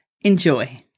Enjoy